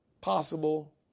possible